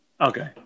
Okay